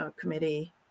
committee